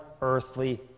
earthly